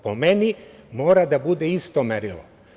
Po meni mora da bude isto merilo.